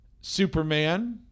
Superman